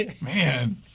Man